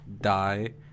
die